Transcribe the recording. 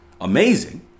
amazing